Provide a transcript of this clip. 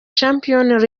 champions